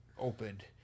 Opened